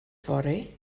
fory